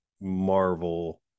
marvel